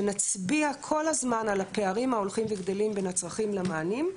שנצביע כל הזמן על הפערים ההולכים וגדלים בין הצרכים למענים,